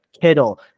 Kittle